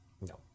no